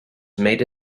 made